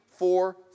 Four